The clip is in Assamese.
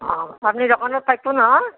অ আপুনি দোকানত থাকিব নহয়